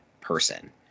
person